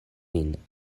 vin